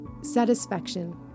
Satisfaction